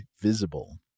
Visible